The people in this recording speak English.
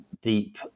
deep